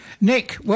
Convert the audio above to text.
Nick